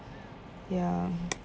ya